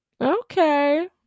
okay